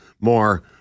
more